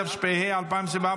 התשפ"ה 2024,